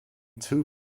two